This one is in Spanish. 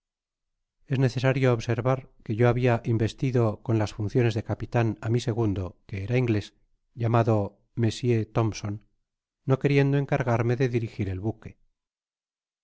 es necesario observar que yo habia investido con las funciones de capitan á mi segundo que era inglés llamado monsieur thompson no queriendo encargarme de duflgir el buque